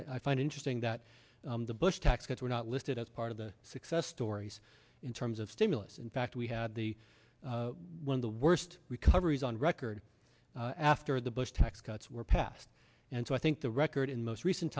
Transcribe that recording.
i find interesting that the bush tax cuts were not listed as part of the success stories in terms of stimulus in fact we had the one of the worst recoveries on record after the bush tax cuts were passed and so i think the record in most recent